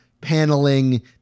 paneling